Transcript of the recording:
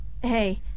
Hey